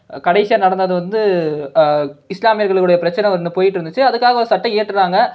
கடைசியாக நடந்தது வந்து இஸ்லாமியர்களுடைய பிரச்சினை வந்து போய்கிட்டு இருந்துச்சு அதுக்காக ஒரு சட்டம் இயற்றிருனாங்க